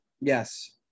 Yes